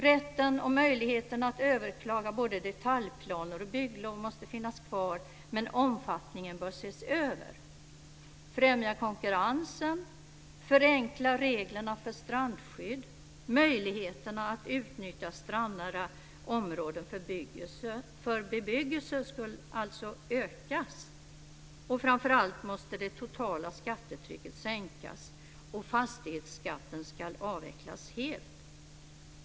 Rätten och möjligheten att överklaga både detaljplaner och bygglov måste finnas kvar, men omfattningen bör ses över. Främja konkurrensen! Förenkla reglerna för strandskydd! Möjligheterna att utnyttja strandnära områden för bebyggelse ska alltså ökas. Framför allt måste det totala skattetrycket sänkas och fastighetsskatten avvecklas helt.